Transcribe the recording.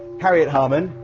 harriet harman,